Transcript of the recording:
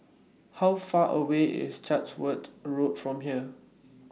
How Far away IS Chatsworth Road from here